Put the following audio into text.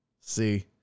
See